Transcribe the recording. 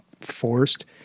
forced